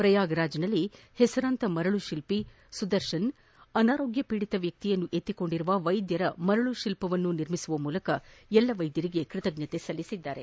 ಪ್ರಯಾಗ್ರಾಜ್ನಲ್ಲಿ ಹೆಸರಾಂತ ಮರಳುಶಿಲ್ಪಿ ಸುದರ್ಶನ್ ಅನಾರೋಗ್ಯ ಪೀಡಿತ ವ್ಯಕ್ತಿಯನ್ನು ಎತ್ತಿಕೊಂಡಿರುವ ವೈದ್ಯರ ಮರಳು ಶಿಲ್ಪವನ್ನು ನಿರ್ಮಿಸುವ ಮೂಲಕ ಎಲ್ಲಾ ವೈದ್ಯರಿಗೆ ಕೃತಜ್ಞತೆ ಸಲ್ಲಿಸಿದ್ದಾರೆ